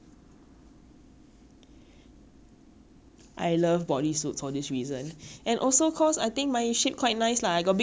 I love body suits for this reason and also cause I think my shape quite nice lah I got big shoulder I got big hips so my waist naturally looks small lah